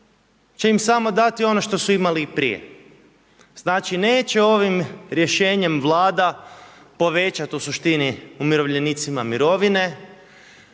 će im samo dati ono što su imali i prije. Znači neće ovim rješenjem Vlada povećati u suštini umirovljenicima mirovine,